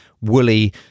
woolly